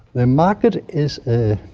the market is a